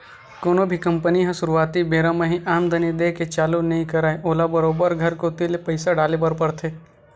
कोनो भी कंपनी ह सुरुवाती बेरा म ही आमदानी देय के चालू नइ करय ओला बरोबर घर कोती ले पइसा डाले बर परथे